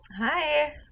hi